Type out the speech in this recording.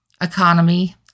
economy